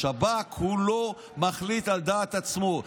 השב"כ לא מחליט על דעת עצמו.